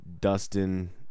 dustin